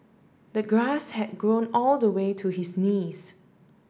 the grass had grown all the way to his knees